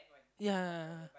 ya